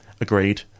agreed